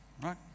right